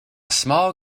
small